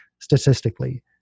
statistically